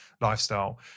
lifestyle